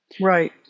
Right